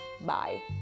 Bye